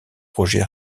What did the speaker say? projets